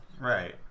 right